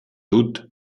doute